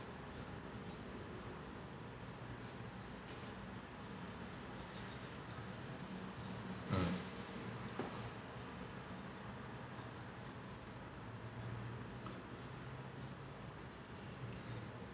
mm